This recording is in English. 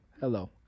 hello